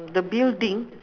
the building